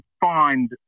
find